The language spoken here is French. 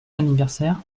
anniversaire